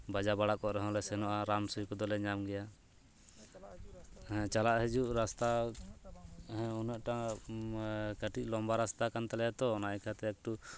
ᱵᱟᱡᱟᱣ ᱵᱟᱲᱟ ᱠᱚᱜ ᱨᱮᱦᱚᱸᱞᱮ ᱥᱮᱱᱚᱜᱼᱟ ᱨᱟᱱ ᱥᱩᱭ ᱠᱚᱫᱚᱞᱮ ᱧᱟᱢ ᱜᱮᱭᱟ ᱪᱟᱞᱟᱜ ᱦᱤᱡᱩᱜ ᱨᱟᱥᱛᱟ ᱩᱱᱟᱹᱜᱴᱟ ᱠᱟᱹᱴᱤᱡ ᱞᱚᱢᱵᱟ ᱨᱟᱥᱛᱟ ᱠᱟᱱ ᱛᱟᱞᱮᱭᱟ ᱛᱚ ᱚᱱᱟ ᱤᱭᱟᱹ ᱛᱮ ᱮᱠᱴᱩ